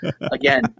again